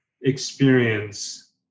experience